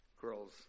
girls